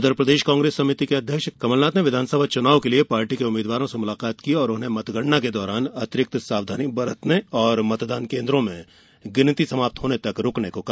उधर प्रदेश कांग्रेस समिति के अध्यक्ष कमलनाथ ने विधानसभा चुनाव के लिए पार्टी के उम्मीदवारों से मुलाकात की और उन्हें मतगणना के दौरान अतिरिक्त सावधानी बरतने और मतदान केंद्रों में गिनती समाप्त होने तक रुकने को कहा